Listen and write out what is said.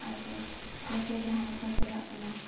ᱟᱫᱚ ᱱᱤᱛᱳᱜ ᱡᱟᱦᱟᱸ ᱞᱮᱠᱟ ᱪᱟᱞᱟᱜ ᱠᱟᱱᱟ